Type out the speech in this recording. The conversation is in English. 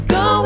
go